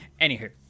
Anywho